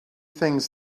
things